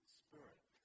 spirit